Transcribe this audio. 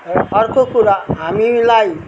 र अर्को कुरा हामीलाई